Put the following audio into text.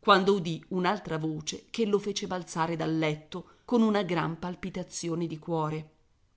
quando udì un'altra voce che lo fece balzare dal letto con una gran palpitazione di cuore